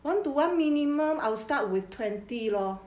one to one minimum I will start with twenty lor